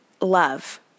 love